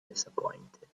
disappointed